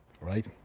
right